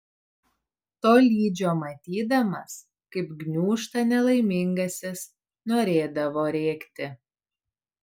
tolydžio matydamas kaip gniūžta nelaimingasis norėdavo rėkti